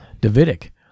Davidic